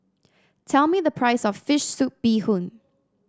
tell me the price of fish soup Bee Hoon